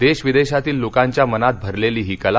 देश विदेशातील लोकांच्या मनात भरलेली ही कला